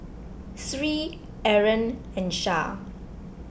Sri Aaron and Shah